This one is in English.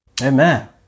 Amen